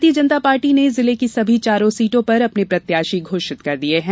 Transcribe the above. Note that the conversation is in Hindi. भारतीय जनता पार्टी ने जिले की सभी चारों सीटों पर अपने प्रत्याशी घोषित कर दिये हैं